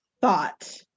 thought